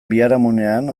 biharamunean